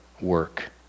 work